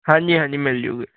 ਹਾਂਜੀ ਹਾਂਜੀ ਮਿਲਜੂਗੀ